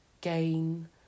gain